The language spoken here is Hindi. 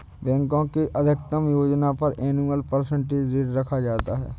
बैंक के अधिकतम योजना पर एनुअल परसेंटेज रेट रखा जाता है